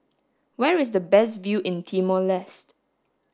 where is the best view in Timor Leste